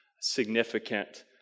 significant